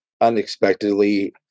unexpectedly